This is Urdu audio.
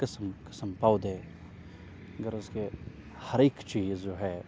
قسم قسم پودےغرض کہ ہر ایک چیز جو ہے